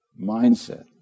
mindset